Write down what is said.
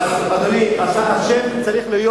אדוני, השם צריך להיות: